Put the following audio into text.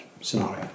scenario